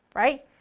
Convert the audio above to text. right?